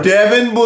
Devin